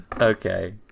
Okay